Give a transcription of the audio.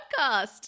podcast